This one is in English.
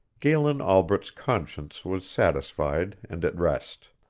galen albret's conscience was satisfied and at rest.